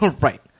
Right